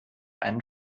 einen